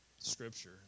scripture